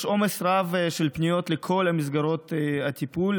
יש עומס רב של פניות לכל מסגרות הטיפול,